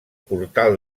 portal